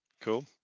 Cool